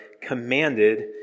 commanded